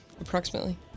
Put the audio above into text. Approximately